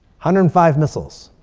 hundred and five missiles.